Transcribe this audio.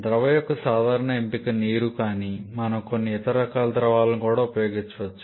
ద్రవ యొక్క సాధారణ ఎంపిక నీరు కానీ మనం కొన్ని ఇతర రకాల ద్రవాలను కూడా ఉపయోగించవచ్చు